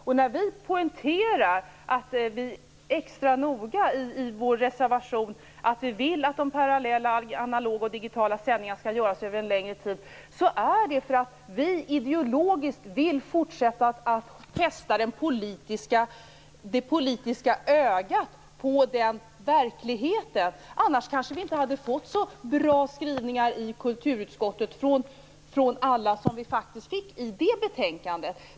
Anledningen till att vi i vår reservation extra noga poängterar att vi vill att de parallella analoga och digitala sändningarna skall genomföras under en längre tid är att vi ideologiskt vill fortsätta att fästa det politiska ögat på den verkligheten. Utan en sådan inriktning hade vi kanske inte fått så bra skrivningar från alla som vi faktiskt fick i betänkandet då från kulturutskottet.